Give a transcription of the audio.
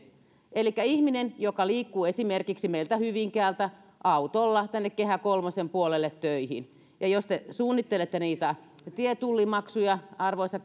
elikkä ihminen joka liikkuu esimerkiksi meiltä hyvinkäältä autolla tänne kehä kolmosen puolelle töihin ja jos te suunnittelette niitä tietullimaksuja arvoisa